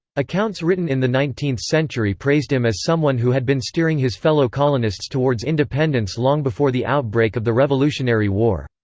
accounts written in the nineteenth century praised him as someone who had been steering his fellow colonists towards independence long before the outbreak of the revolutionary war.